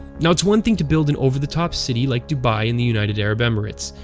now, it's one thing to build an over-the-top city like dubai in the united arab emirates,